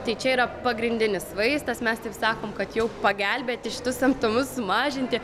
tai čia yra pagrindinis vaistas mes taip sakom kad jau pagelbėti šitus simptomus sumažinti